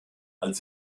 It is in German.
als